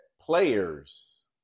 players